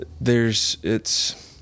there's—it's—